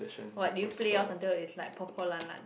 what do you play or something or is like